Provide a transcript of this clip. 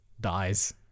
dies